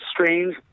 strange